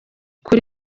kuri